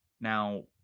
Now